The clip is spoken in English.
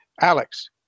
Alex